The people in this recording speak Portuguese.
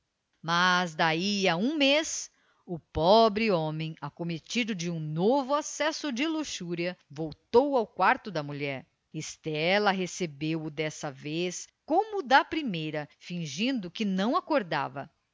mas daí a um mês o pobre homem acometido de um novo acesso de luxúria voltou ao quarto da mulher estela recebeu-o desta vez como da primeira fingindo que não acordava